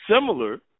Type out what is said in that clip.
Similar